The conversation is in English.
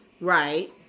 Right